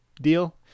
deal